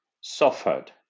suffered